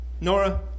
Nora